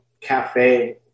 cafe